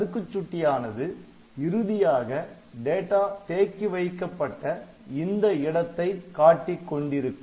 அடுக்கு சுட்டி ஆனது இறுதியாக டேட்டா தேக்கி வைக்கப்பட்ட இந்த இடத்தை காட்டிக் கொண்டிருக்கும்